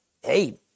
Hey